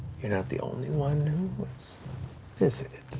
you're not the only one who was visited.